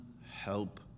help